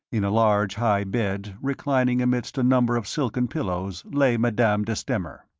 in a large, high bed, reclining amidst a number of silken pillows, lay madame de stamer.